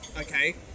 okay